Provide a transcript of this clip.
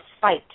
fight